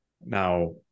Now